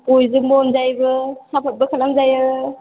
बयजोंबो अनजायोबो साफर्टबो खालामजायो